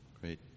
Great